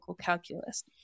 calculus